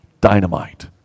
Dynamite